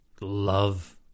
love